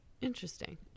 Interesting